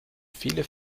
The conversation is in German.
viele